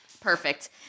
Perfect